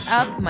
up